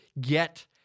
get